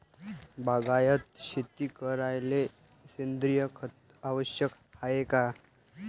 बागायती शेती करायले सेंद्रिय खत आवश्यक हाये का?